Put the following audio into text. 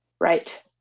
Right